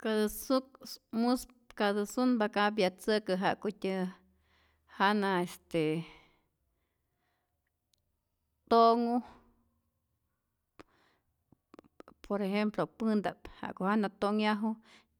Ka tä suk mus ka tä sunpa cambiatzäkä ja'kutyä jana este to'nhu, por ejemplo pänta'p ja'ku jana to'nhyaju